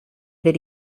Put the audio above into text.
that